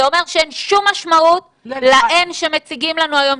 זה אומר שאין שום משמעות ל-N שמציגים לנו היום,